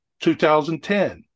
2010